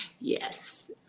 Yes